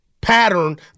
pattern